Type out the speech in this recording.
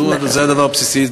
זה הדבר הבסיסי.